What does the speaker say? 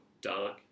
dark